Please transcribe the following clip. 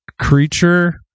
creature